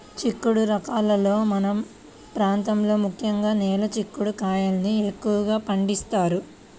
చిక్కుడు రకాలలో మన ప్రాంతంలో ముఖ్యంగా నేల చిక్కుడు కాయల్ని ఎక్కువగా పండిస్తారు